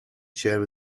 chair